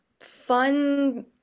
fun